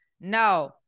No